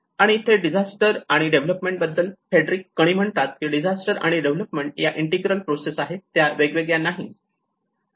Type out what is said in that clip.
आणि इथे डिझास्टर आणि डेव्हलपमेंट बद्दल फ्रेडरिक कणी म्हणतात कि डिझास्टर आणि डेव्हलपमेंट या इंटिग्रल प्रोसेस आहेत त्या वेगवेगळ्या नाहीत